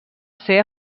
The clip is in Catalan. ser